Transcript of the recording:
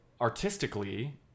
Artistically